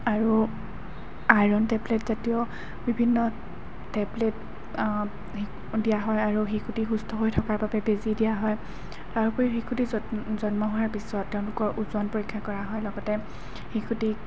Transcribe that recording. আৰু iron tablet জাতীয় বিভিন্ন টেবলেট দিয়া হয় আৰু শিশুটি সুস্থ হৈ থকাৰ বাবে বেজি দিয়া হয় তাৰোপৰি শিশুটি জন জন্ম হোৱাৰ পিছত তেওঁলোকৰ ওজন পৰীক্ষা কৰা হয় লগতে শিশুটিক